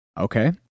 Okay